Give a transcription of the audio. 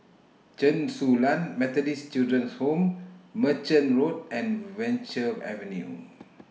Chen Su Lan Methodist Children's Home Merchant Road and Venture Avenue